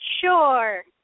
Sure